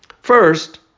First